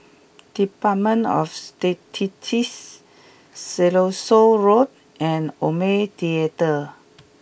Department of Statistics Siloso Road and Omni Theatre